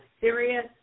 serious